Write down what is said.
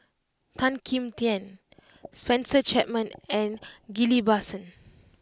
Tan Kim Tian Spencer Chapman and Ghillie Basan